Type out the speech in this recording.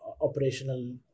operational